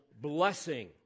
blessing